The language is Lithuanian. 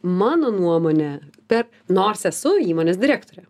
mano nuomone per nors esu įmonės direktorė